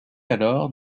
alors